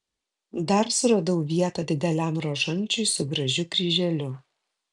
dar suradau vietą dideliam rožančiui su gražiu kryželiu